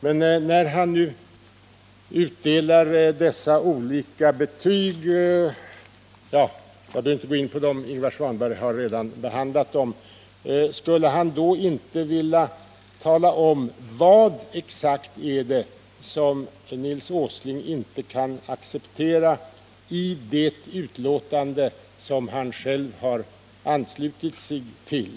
Men när han nu utfärdar dessa olika betyg, skulle Nils Åsling då inte vilja tala om vad det är exakt som han inte kan acceptera i det betänkande som han själv har anslutit sig till?